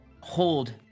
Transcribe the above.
hold